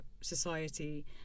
society